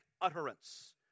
utterance